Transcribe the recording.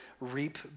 reap